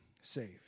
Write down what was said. saved